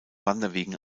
wanderwegen